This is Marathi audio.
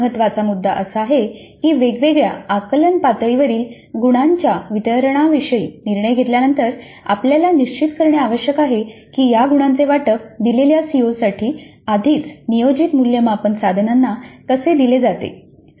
पुढील महत्त्वाचा मुद्दा असा आहे की वेगवेगळ्या आकलन पातळीवरील गुणांच्या वितरणाविषयी निर्णय घेतल्यानंतर आपल्याला निश्चित करणे आवश्यक आहे की या गुणांचे वाटप दिलेल्या सीओसाठी आधीच नियोजित मूल्यमापन साधनांना कसे दिले जाते